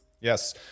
Yes